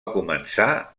començar